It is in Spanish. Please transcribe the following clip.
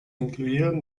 incluyeron